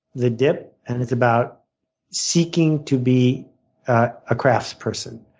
the dip, and it's about seeking to be a craftsperson.